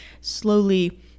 slowly